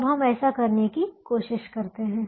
अब हम ऐसा करने की कोशिश करते हैं